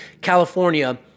California